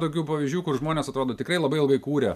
tokių pavyzdžių kur žmonės atrodo tikrai labai ilgai kūrė